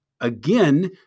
again